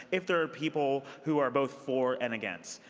if there are people who are both for and against.